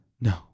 No